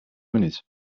minuut